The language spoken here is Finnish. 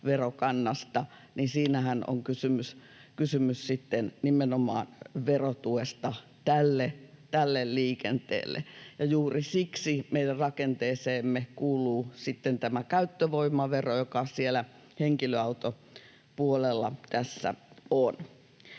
verokannasta, on kysymys sitten nimenomaan verotuesta tälle liikenteelle. Juuri siksi meidän rakenteeseemme kuuluu sitten tämä käyttövoimavero, joka siellä henkilöautopuolella